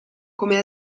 come